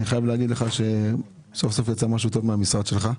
אני חייב להגיד לך שסוף סוף יצא משהו טוב מהמשרד שלך.